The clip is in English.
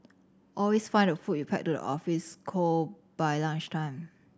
always find the food you pack to the office cold by lunchtime